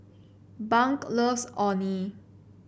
Bunk loves Orh Nee